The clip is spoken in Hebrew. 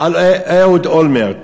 על אהוד אולמרט,